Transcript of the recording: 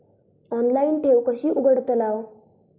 Online ठेव कशी उघडतलाव?